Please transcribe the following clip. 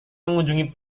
mengunjungi